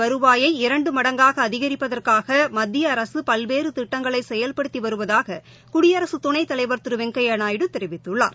வருவாயை இரண்டு மடங்காகஅதிகிப்பதற்காகமத்தியஅரசுபல்வேறுதிட்டங்களைசெயல்படுத்திவருவதாககுடியரசுத் துணைத்தலைவர் திருவெங்கையாநாயுடு தெரிவித்துள்ளர்